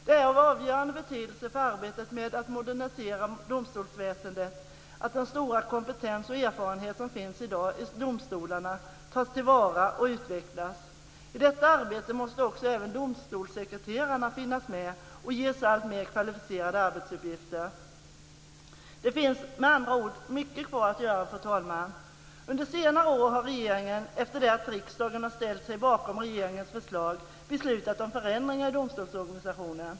Det är av avgörande betydelse för arbetet med att modernisera domstolsväsendet att den stora kompetens och erfarenhet som finns i dag i domstolarna tas till vara och utvecklas. I detta arbete måste även domstolssekreterarna finnas med och ges alltmer kvalificerade arbetsuppgifter. Fru talman! Med andra ord finns det mycket kvar att göra. Under senare år har regeringen, efter det att riksdagen har ställt sig bakom regeringens förslag, beslutat om förändringar i domstolsorganisationen.